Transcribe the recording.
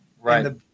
right